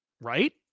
Right